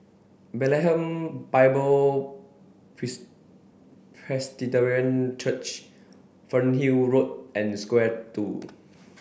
Bethlehem Bible Presbyterian Church Fernhill Road and Square Two